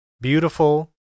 beautiful